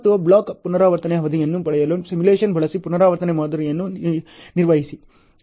ಮತ್ತು ಬ್ಲಾಕ್ನ ಪುನರಾವರ್ತನೆಯ ಅವಧಿಯನ್ನು ಪಡೆಯಲು ಸಿಮ್ಯುಲೇಶನ್ ಬಳಸಿ ಪುನರಾವರ್ತನೆ ಮಾದರಿಯನ್ನು ನಿರ್ವಹಿಸಿ